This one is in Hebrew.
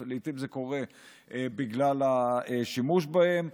לעיתים זה קורה בגלל השימוש בהן.